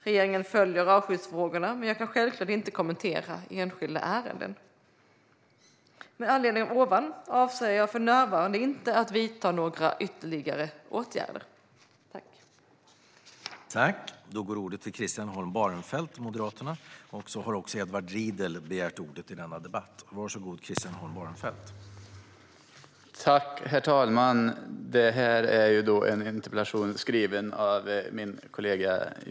Regeringen följer artskyddsfrågorna, men jag kan självklart inte kommentera enskilda ärenden. Med anledning av detta avser jag för närvarande inte att vidta några ytterligare åtgärder. Då John Widegren hade framställt interpellationen under den tid han tjänstgjort som ersättare för ledamot som därefter återtagit sin plats i riksdagen, medgav talmannen att Christian Holm Barenfeld i stället fick delta i överläggningen.